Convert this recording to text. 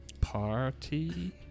party